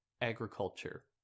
agriculture